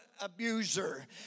abuser